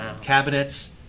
cabinets